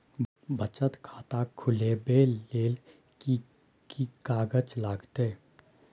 बचत खाता खुलैबै ले कि की कागज लागतै?